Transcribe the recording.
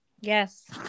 Yes